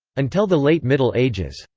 until the late middle ages,